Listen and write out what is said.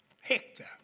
Hector